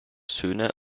söhne